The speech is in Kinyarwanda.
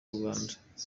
uganda